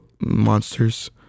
monsters